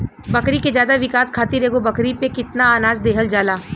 बकरी के ज्यादा विकास खातिर एगो बकरी पे कितना अनाज देहल जाला?